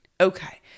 Okay